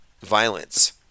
violence